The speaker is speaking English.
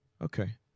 Okay